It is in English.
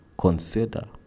consider